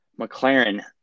McLaren